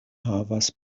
havas